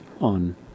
on